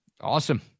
Awesome